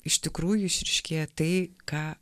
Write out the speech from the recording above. iš tikrųjų išryškėja tai ką